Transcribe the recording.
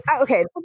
okay